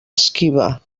esquiva